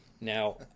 Now